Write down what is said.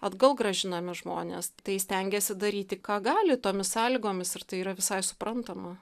atgal grąžinami žmonės tai stengėsi daryti ką gali tomis sąlygomis ir tai yra visai suprantama